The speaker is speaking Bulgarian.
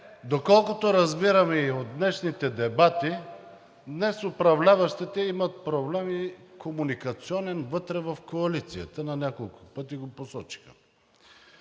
Доколкото разбирам, и от днешните дебати, днес управляващите имат проблеми – комуникационен, вътре в коалицията, на няколко пъти го посочиха.